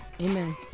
Amen